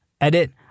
Edit